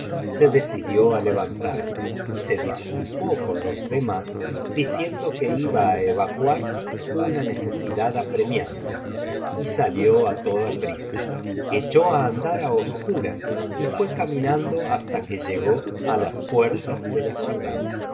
se decidió á levantarse y se disculpó con los demás diciendo que iba á evacuar una necesidad apremiante y salió á tocia prisa echó á andar á oscuras y fué caminando hasta que llegó á las puertas de la ciudad